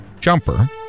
Jumper